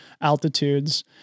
altitudes